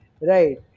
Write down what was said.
right